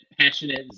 passionate